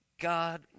God